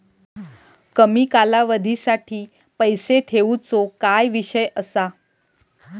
कमी कालावधीसाठी पैसे ठेऊचो काय विषय असा?